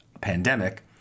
pandemic